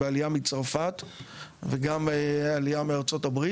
וגם עלייה מארה"ב,